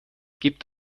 gibt